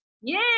yay